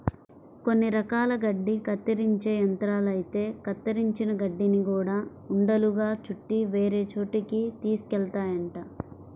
కొన్ని రకాల గడ్డి కత్తిరించే యంత్రాలైతే కత్తిరించిన గడ్డిని గూడా ఉండలుగా చుట్టి వేరే చోటకి తీసుకెళ్తాయంట